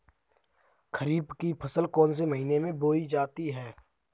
खरीफ की फसल कौन से महीने में बोई जाती है?